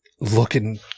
looking